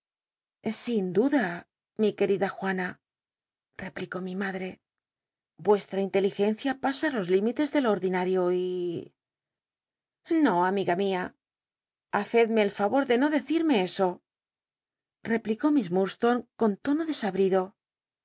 sin duda mi querida juana cplicó mimaclac rucstm in teligencia pasa los liruitcs ele loordinaj'io y no amiga mia haced me el faor de no dcclimc eso replicó miss ilunlstonc con tono desabrido